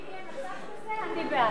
אם יהיה מצב כזה, אני בעד.